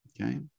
okay